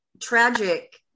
tragic